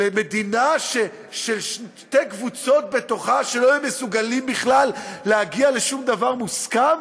למדינה ששתי קבוצות בתוכה לא יהיו מסוגלות בכלל להגיע לשום דבר מוסכם,